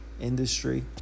industry